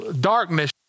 Darkness